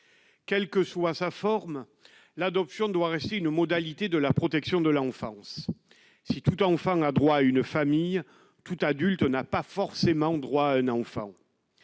quelle que soit sa forme, l'adoption doit rester une modalité de la protection de l'enfance si tout enfant a droit à une famille tout adulte n'a pas forcément droit à un enfant,